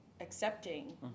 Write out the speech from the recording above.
accepting